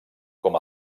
com